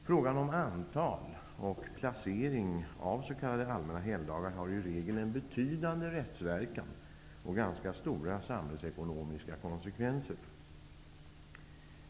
Frågan om antal och placering av s.k. allmänna helgdagar har i regel en betydande rättsverkan och ganska stora samhällsekonomiska konsekvenser.